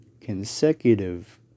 consecutive